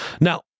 now